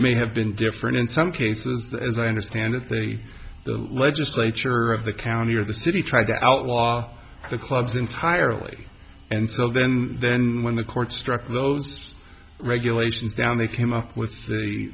may have been different in some cases as i understand it the legislature of the county or the city tried to outlaw the clubs entirely and so then then when the courts struck those regulations down they came up with the